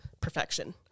perfection